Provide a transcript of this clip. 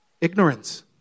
Ignorance